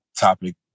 topic